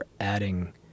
adding